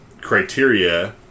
criteria